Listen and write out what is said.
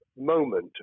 moment